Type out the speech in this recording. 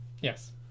Yes